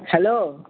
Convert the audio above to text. hello